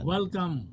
Welcome